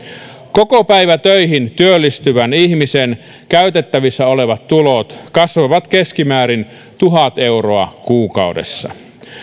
kokopäivätöihin työllistyvän ihmisen käytettävissä olevat tulot kasvavat keskimäärin tuhat euroa kuukaudessa